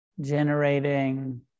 generating